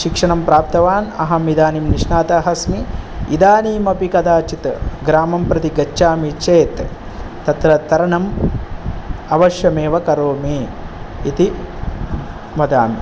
शिक्षणं प्राप्तवान् अहम् इदानीं निष्णातः अस्मि इदानीम् अपि कदाचित् ग्रामं प्रति गच्छामि चेत् तत्र तरणम् अवश्यमेव करोमि इति वदामि